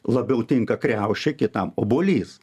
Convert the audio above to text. labiau tinka kriaušė kitam obuolys